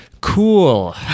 Cool